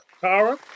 Kara